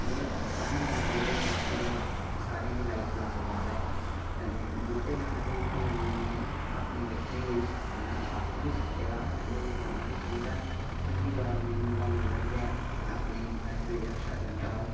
और सारें लाने चाहिदे क्योंकि एह् सारें दी लाईफ दा सवाल ऐ बहूटे लाने बी फ्ही हुन में अपने जागतें गी बी सखाना आपूं बी सिक्खे दा एह् करना बी चाहिदा क्योंकि गार्डनिंग दा मतलब गै अपनी लाईफ दी रक्षा करना ऐ